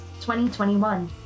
2021